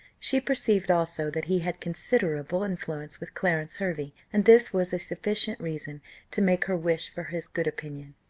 she perceived also that he had considerable influence with clarence hervey, and this was a sufficient reason to make her wish for his good opinion.